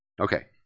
Okay